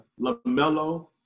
LaMelo –